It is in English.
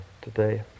today